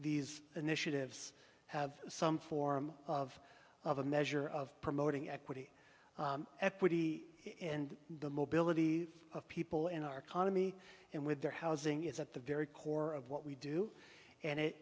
these initiatives have some form of of a measure of promoting equity equity and the mobility of people in our economy and with their housing is at the very core of what we do and